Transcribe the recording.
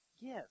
give